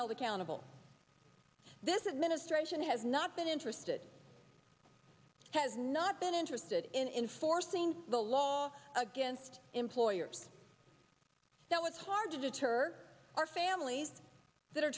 held accountable this administration has not been interested has not been interested in forcing the law against employers now it's hard to deter our families that are